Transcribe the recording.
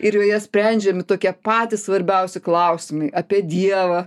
ir joje sprendžiami tokie patys svarbiausi klausimai apie dievą